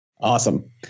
Awesome